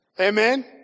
Amen